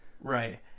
right